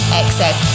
excess